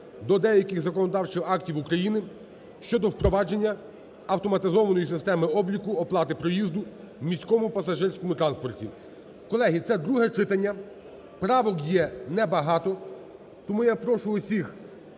до деяких законодавчих актів України щодо впровадження автоматизованої системи обліку оплати проїзду в міському пасажирському транспорті. Колеги, це друге читання, правок є небагато. Тому я прошу усіх